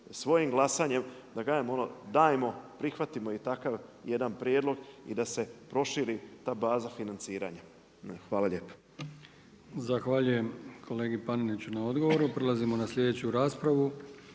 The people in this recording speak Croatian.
svojim glasanjem da kažem ono, dajmo prihvatimo i takav jedan prijedlog i da se proširi ta baza financiranja. Hvala lijepa. **Brkić, Milijan (HDZ)** Zahvaljujem kolegi Paneniću na odgovoru. Prelazimo na sljedeću raspravu.